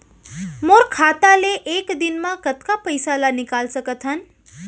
मोर खाता ले एक दिन म कतका पइसा ल निकल सकथन?